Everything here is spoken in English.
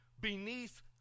beneath